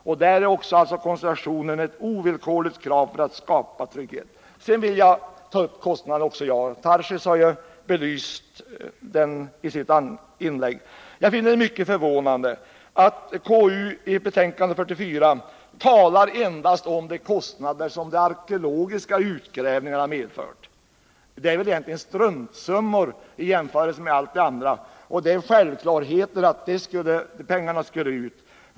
Också där är alltså koncentrationen ett ovillkorligt krav för att man skall kunna skapa trygghet. Sedan vill jag ta upp kostnaderna också. Daniel Tarschys har ju redan belyst dem i sitt inlägg. Jag finner det mycket förvånande att KU i sitt betänkande nr 44 talar endast om de kostnader som de arkeologiska utgrävningarna medfört. De är egentligen bara struntsummor i jämförelse med allt det andra. och det var dessutom självklart att de pengarna skulle ges ut.